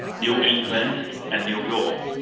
new england and new york.